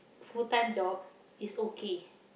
full time job is okay